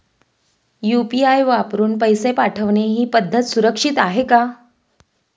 UPI वापरून पैसे पाठवणे ही पद्धत सुरक्षित आहे का?